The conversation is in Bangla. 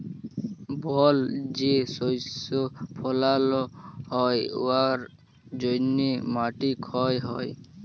বল যে শস্য ফলাল হ্যয় উয়ার জ্যনহে মাটি ক্ষয় হ্যয়